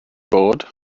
bod